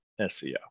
SEO